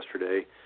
yesterday